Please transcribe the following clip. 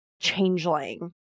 Changeling